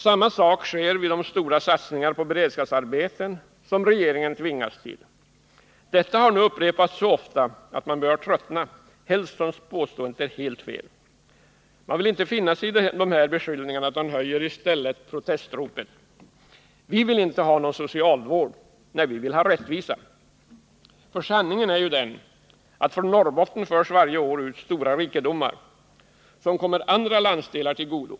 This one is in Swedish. Samma sak sker vid de stora satsningar på beredskapsarbeten som regeringen tvingas till. Detta har nu upprepats så ofta att man börjat tröttna, i synnerhet som påståendet är helt felaktigt. Man vill inte finna sigi dessa beskyllningar utan höjer i stället protestropet: Vi vill inte ha någon socialvård! Vi vill ha rättvisa! Sanningen är ju den att det från Norrbotten varje år förs ut stora rikedomar, som kommer andra landsdelar till godo.